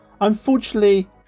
unfortunately